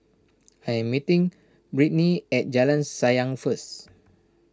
I am meeting Brittny at Jalan Sayang first